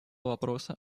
вопроса